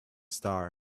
star